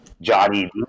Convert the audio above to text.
Johnny